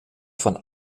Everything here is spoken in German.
von